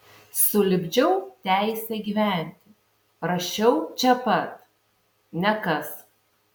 sulipdžiau teisę gyventi rašiau čia pat nekas